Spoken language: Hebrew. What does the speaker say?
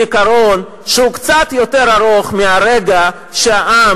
כי מגיע לנבחרי ציבור זיכרון שהוא קצת יותר ארוך מאז הרגע שהעם